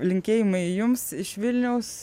linkėjimai jums iš vilniaus